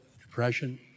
depression